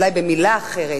במלה אחרת,